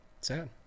Sad